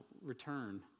return